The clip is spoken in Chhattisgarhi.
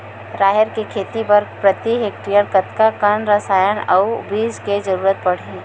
राहेर के खेती बर प्रति हेक्टेयर कतका कन रसायन अउ बीज के जरूरत पड़ही?